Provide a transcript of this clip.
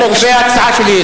לגבי ההצעה שלי,